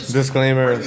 Disclaimer